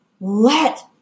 let